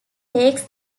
takes